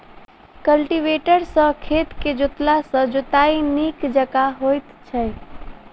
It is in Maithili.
कल्टीवेटर सॅ खेत के जोतला सॅ जोताइ नीक जकाँ होइत छै